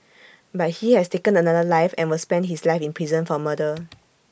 but he has taken another life and will spend his life in prison for murder